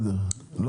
יש,